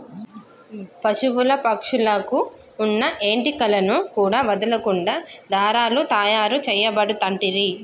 పశువుల పక్షుల కు వున్న ఏంటి కలను కూడా వదులకుండా దారాలు తాయారు చేయబడుతంటిరి